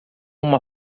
uma